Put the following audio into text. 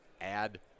add